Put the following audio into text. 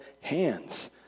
hands